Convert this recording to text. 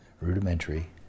rudimentary